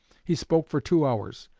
he spoke for two hours,